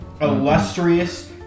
illustrious